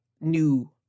new